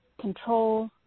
control